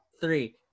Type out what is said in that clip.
three